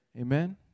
Amen